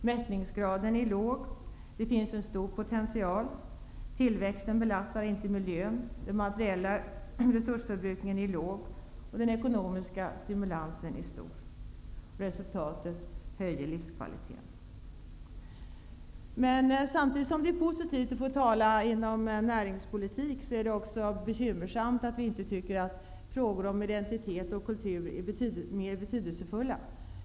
''Mättningsgraden'' är låg, det finns en stor potential, tillväxten belastar inte miljön, den materiella resursförbrukningen är låg, den ekonomiska stimulansen är stor, resultatet höjer livskvaliteten. Men samtidigt som det är positivt att få tala under rubriken miljöpolitik är det bekymmersamt att frågor om identitet och kultur inte anses vara mera betydelsefulla.